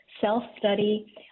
self-study